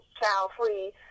child-free